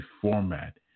format